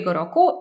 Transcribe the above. roku